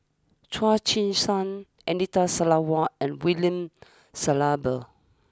Chu Chee Seng Anita Sarawak and William Shellabear